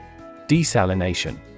Desalination